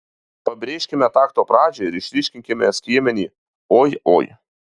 pabrėžkime takto pradžią ir išryškinkime skiemenį oi oi